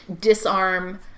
disarm